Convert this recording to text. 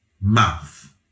mouth